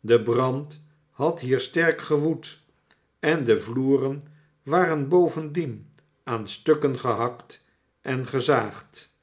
de brand had hier sterk gewoed en de vloeren waren bovendien aan stukken gehakt en gezaagd